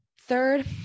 Third